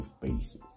basis